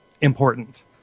important